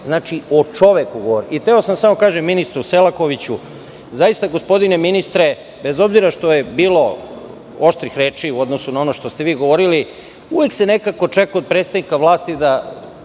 vama da odgovori. Hteo sam još da kažem ministru Selakoviću. Zaista gospodine ministre bez obzira što je bilo oštrih reči u odnosu na ono što ste vi govorili uvek se nekako očekuje od predstavnika vlasti, a